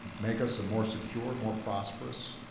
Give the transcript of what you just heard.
make us a more secure, more prosperous,